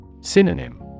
Synonym